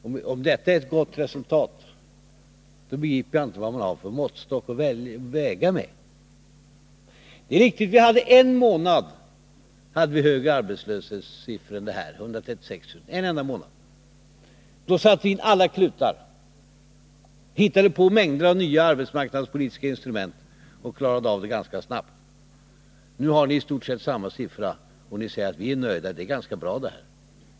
Och om detta är ett gott resultat begriper jag inte vad man har för måttstock att mäta med. Det är riktigt att vi under en månad — en enda månad — hade högre arbetslöshetssiffror än nu. Då satte vi till alla klutar, hittade på mängder av nya arbetsmarknadspolitiska instrument och klarade av det problemet ganska snabbt. Nu har ni i stort sett samma arbetslöshetssiffra, men ni säger att ni är nöjda och att det är ganska bra som det är.